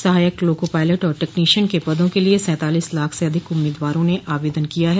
सहायक loco pilot और technician के पदों के लिए सैंतालीस लाख से अधिक उम्मीदवारों ने आवेदन किया है